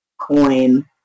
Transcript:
coin